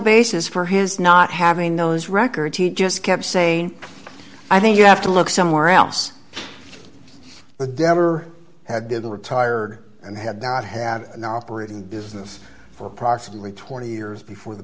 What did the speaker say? basis for his not having those records he just kept saying i think you have to look somewhere else the devore had been retired and had not had an operating business for approximately twenty years before the